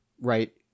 right